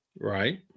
Right